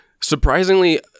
surprisingly